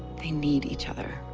they need each other